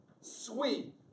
Sweet